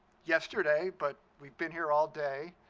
yesterday, but we've been here all day,